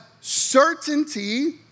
certainty